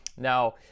Now